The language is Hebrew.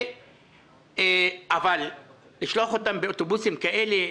אבל לשלוח באוטובוסים כאלה?